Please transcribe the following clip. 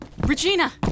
Regina